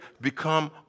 become